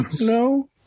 No